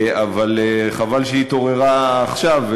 אבל חבל שהיא התעוררה עכשיו,